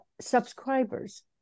subscribers